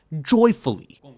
joyfully